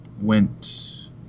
went